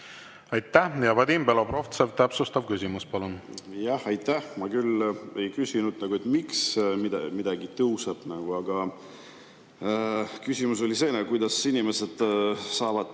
Aitäh! Vadim Belobrovtsev, täpsustav küsimus, palun! Aitäh! Ma küll ei küsinud, et miks midagi tõuseb. Küsimus oli, et kuidas inimesed saavad